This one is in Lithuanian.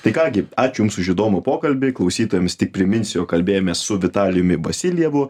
tai ką gi ačiū jums už įdomų pokalbį klausytojams tik priminsiu jog kalbėjomės su vitalijumi vasiljevu